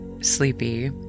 sleepy